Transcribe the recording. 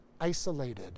isolated